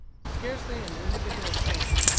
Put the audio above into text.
scarcely an individual escaped.